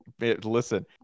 Listen